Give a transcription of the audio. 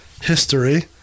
history